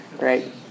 Right